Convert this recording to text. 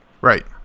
Right